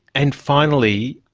and finally,